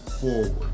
forward